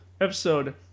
episode